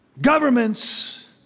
governments